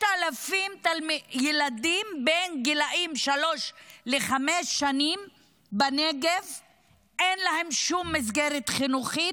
ל-5,000 ילדים בנגב בגילים שבין שלוש לחמש שנים אין שום מסגרת חינוכית,